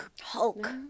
Hulk